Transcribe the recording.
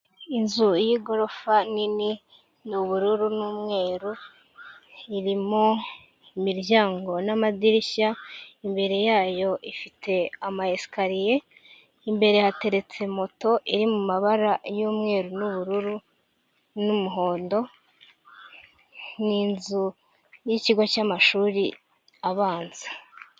Inzu y'igorofa nini n'ubururu n'umweru, irimo miryango n'amadirishya imbere yayo ifite ama esicariye, imbere hateretse moto iri mu mabara y'umweru n'ubururu n'umuhondo, n'inzu y'ikigo cy'amashuri abanza.